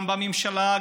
גם בממשלה,